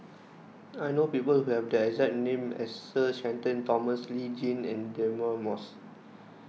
I know people who have the exact name as Sir Shenton Thomas Lee Tjin and Deirdre Moss